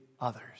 Others